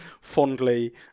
fondly